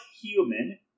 human